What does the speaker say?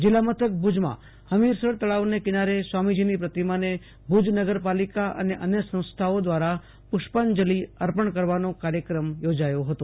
જીલ્લા મથક ભુજમાં હમીરસર તળાવને કિનારે સ્વામીજીની પ્રતિમાને ભુજ નગર પાલિકા અને અન્ય સંસ્થાઓ ક્રારા પુ ષ્પાંજલિ અર્પણ કરવાનો કાર્યક્રમ યોજાયો હતો